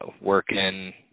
working